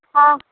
हाँ